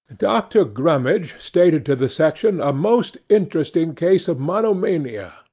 dr. grummidge stated to the section a most interesting case of monomania,